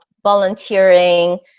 Volunteering